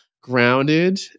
grounded